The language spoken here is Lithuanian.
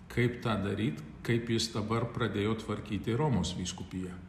kaip tą daryt kaip jis dabar pradėjo tvarkyti romos vyskupiją